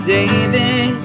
David